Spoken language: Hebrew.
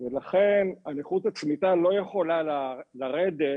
ולכן הנכות הצמיתה לא יכולה לרדת,